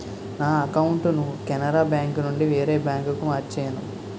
నా అకౌంటును కెనరా బేంకునుండి వేరే బాంకుకు మార్చేను